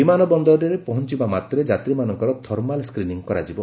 ବିମାନ ବନ୍ଦରରେ ପହଞ୍ଚବା ମାତ୍ରେ ଯାତ୍ରୀମାନଙ୍କର ଥର୍ମାଲ୍ ସ୍କ୍ରିନି କରାଯିବ